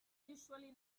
usually